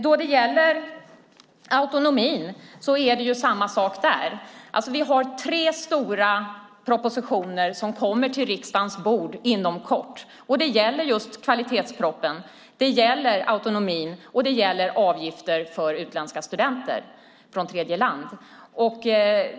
Då det gäller autonomin är det samma sak där. Vi har tre stora propositioner som kommer till riksdagens bord inom kort. Det gäller kvaliteten, autonomin och avgifter för studenter från tredjeland.